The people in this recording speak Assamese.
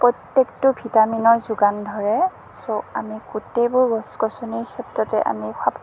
প্ৰত্যেকটো ভিটামিনৰ যোগান ধৰে চ' আমি গোটেইবোৰ গছ গছনিৰ ক্ষেত্ৰতে আমি